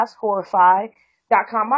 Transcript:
horrify.com